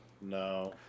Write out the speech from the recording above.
No